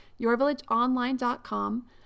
yourvillageonline.com